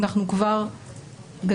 אנחנו כבר גדלנו,